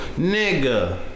Nigga